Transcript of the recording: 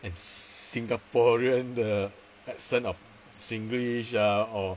and singaporean the accent of singlish ah or